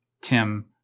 Tim